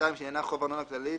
שעניינה חוב ארנונה כללית,